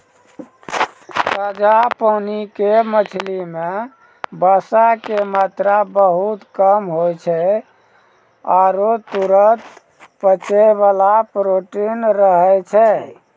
ताजा पानी के मछली मॅ वसा के मात्रा बहुत कम होय छै आरो तुरत पचै वाला प्रोटीन रहै छै